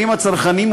חשים הצרכנים,